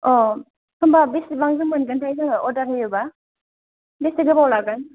अ होनबा बेसेबांजों मोनगोनथाय जोङो अर्डार होयोबा बेसे गोबाव लागोन